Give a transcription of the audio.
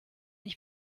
ich